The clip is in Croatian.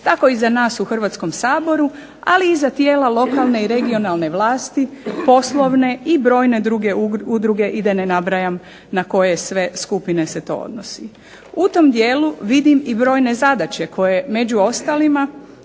tako i za nas u Hrvatskom saboru, ali i za tijela lokalne i regionalne vlasti, poslovne i brojne druge udruge i da ne nabrajam na koje sve skupine se to odnosi. U tom dijelu vidim i brojne zadaće koje među ostalima